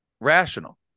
rational